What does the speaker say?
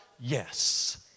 yes